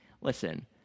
listen